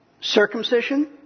circumcision